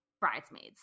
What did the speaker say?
Bridesmaids